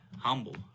Humble